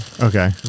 Okay